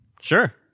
Sure